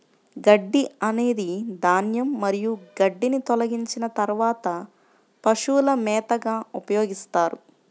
గడ్డి అనేది ధాన్యం మరియు గడ్డిని తొలగించిన తర్వాత పశువుల మేతగా ఉపయోగిస్తారు